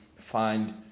find